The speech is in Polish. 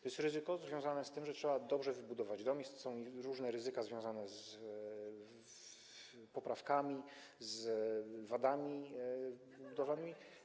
To jest ryzyko związane z tym, że trzeba dobrze wybudować dom, są różnego rodzaju ryzyka związane z poprawkami, z wadami budowlanymi.